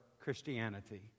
Christianity